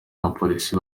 abapolisi